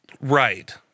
Right